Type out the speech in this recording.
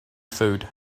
food